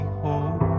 hold